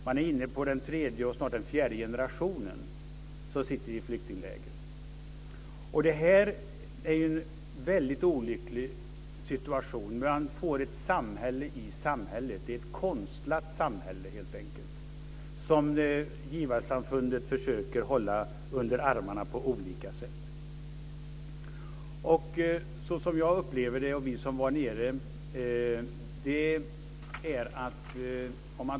Man är inne på en tredje, snart en fjärde, generation som sitter i flyktingläger. Detta är en olycklig situation. Man får ett samhälle i samhället. Det är helt enkelt ett konstlat samhälle som givarsamfundet försöker hålla under armarna på olika sätt. Så upplever jag, och vi som var där nere, det.